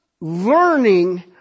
learning